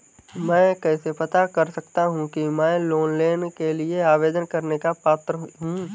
मैं कैसे पता कर सकता हूँ कि मैं लोन के लिए आवेदन करने का पात्र हूँ?